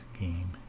game